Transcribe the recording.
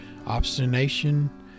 obstination